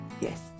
Yes